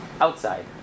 outside